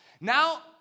Now